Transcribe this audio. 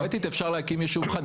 תיאורטית אפשר להקים יישוב חדש.